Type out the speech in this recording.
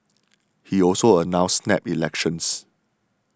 he also announced snap elections